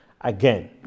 again